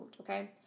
okay